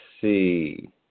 see